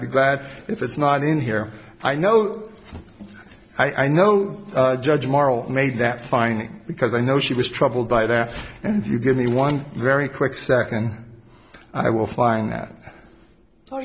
think that if it's not in here i know that i know the judge moral made that fine because i know she was troubled by that and you give me one very quick second i will find